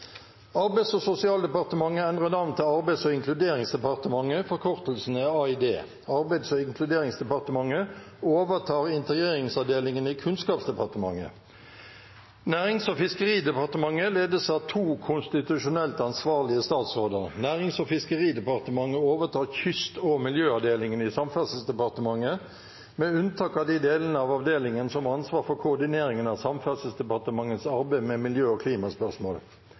Arbeids- og inkluderingsdepartementet. Forkortelsen er AID. Arbeids- og inkluderingsdepartementet overtar Integreringsavdelingen i Kunnskapsdepartementet. Nærings- og fiskeridepartementet ledes av to konstitusjonelt ansvarlige statsråder. Nærings- og fiskeridepartementet overtar Kyst- og miljøavdelingen i Samferdselsdepartementet, med unntak av de delene av avdelingen som har ansvaret for koordineringen av Samferdselsdepartementets arbeid med miljø- og klimaspørsmål.